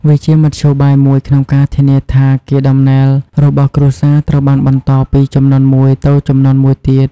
វាជាមធ្យោបាយមួយក្នុងការធានាថាកេរដំណែលរបស់គ្រួសារត្រូវបានបន្តពីជំនាន់មួយទៅជំនាន់មួយទៀត។